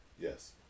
Yes